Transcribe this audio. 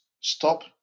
stop